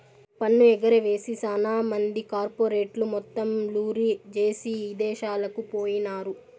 పన్ను ఎగవేసి సాన మంది కార్పెరేట్లు మొత్తం లూరీ జేసీ ఇదేశాలకు పోయినారు